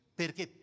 perché